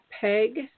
peg